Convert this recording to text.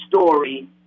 story